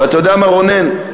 ואתה יודע מה, רונן?